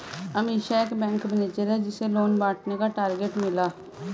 अमीषा एक bank manager है जिसे लोन बांटने का टारगेट मिला